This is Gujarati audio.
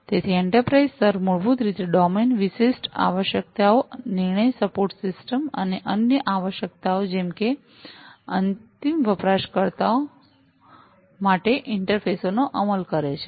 તેથી એન્ટરપ્રાઇઝ સ્તર મૂળભૂત રીતે ડોમેન વિશિષ્ટ આવશ્યકતાઓ નિર્ણય સપોર્ટ સિસ્ટમ્સ અને અન્ય આવશ્યકતાઓ જેમ કે અંતિમ વપરાશકર્તાઓ માટે ઇન્ટરફેસો નો અમલ કરે છે